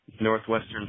northwestern